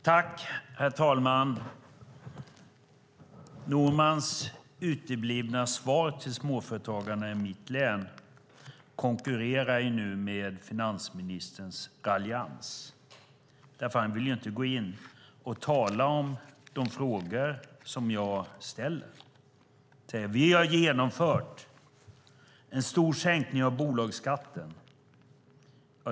Herr talman! Normans uteblivna svar till småföretagarna i mitt län konkurrerar nu med finansministerns raljans. Han vill inte besvara de frågor jag ställer. Han säger att de har genomfört en stor sänkning av bolagsskatten.